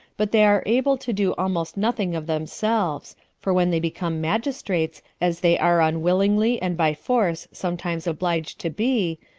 but they are able to do almost nothing of themselves for when they become magistrates, as they are unwillingly and by force sometimes obliged to be,